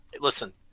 Listen